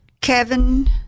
Kevin